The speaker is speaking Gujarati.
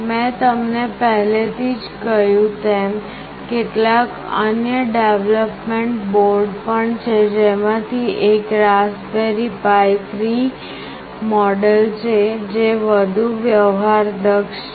મેં તમને પહેલેથી જ કહ્યું તેમ કેટલાક અન્ય ડેવલપમેન્ટ બોર્ડ પણ છે જેમાંથી એક Raspberry Pi 3 મૉડલ છે જે વધુ વ્યવહારદક્ષ છે